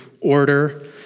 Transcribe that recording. order